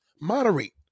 Moderate